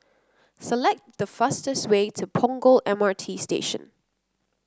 select the fastest way to Punggol M R T Station